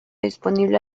disponible